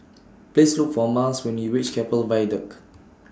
Please Look For Myles when YOU REACH Keppel Viaduct